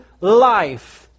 life